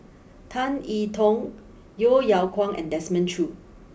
Tan E Tong Yeo Yeow Kwang and Desmond Choo